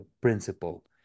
principle